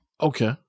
Okay